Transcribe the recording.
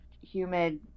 humid